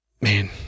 man